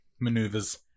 maneuvers